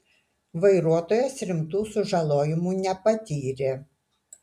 vairuotojas rimtų sužalojimų nepatyrė